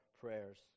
prayers